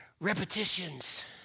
repetitions